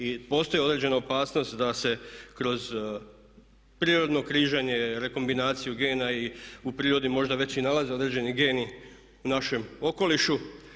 I postoji određena opasnost da se kroz prirodno križanje, rekombinaciju gena u prirodi možda već i nalaze određeni geni u našem okolišu.